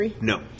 No